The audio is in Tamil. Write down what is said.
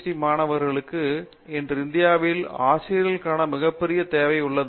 டி மாணவர்களுக்கும் இன்று இந்தியாவில் ஆசிரியர்களுக்கான மிகப்பெரிய தேவை உள்ளது